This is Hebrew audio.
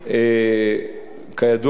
כידוע לנו,